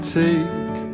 take